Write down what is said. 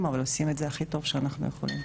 אבל עושים את זה הכי טוב שאנחנו יכולים.